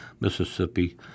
Mississippi